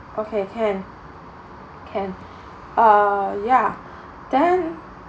okay can can uh yeah then